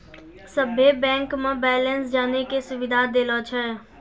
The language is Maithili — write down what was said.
सभे बैंक मे बैलेंस जानै के सुविधा देलो छै